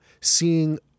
seeing